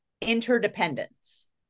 interdependence